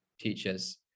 teachers